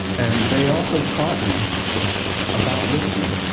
and they also taught me about listening